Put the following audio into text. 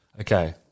Okay